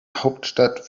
hauptstadt